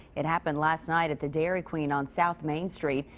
it happened last night at the dairy queen on south main street.